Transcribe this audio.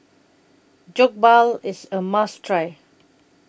Jokbal IS A must Try